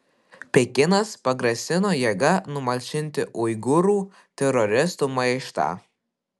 pekinas pagrasino jėga numalšinti uigūrų teroristų maištą